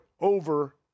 over